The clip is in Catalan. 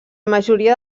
majoria